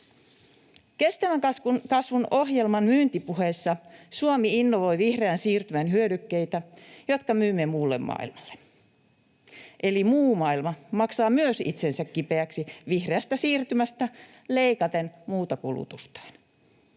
Kestävän kasvun ohjelman myyntipuheissa Suomi innovoi vihreän siirtymän hyödykkeitä, jotka myymme muulle maailmalle. Eli muu maailma maksaa myös itsensä kipeäksi vihreästä siirtymästä leikaten muuta kulutustaan.